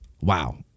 wow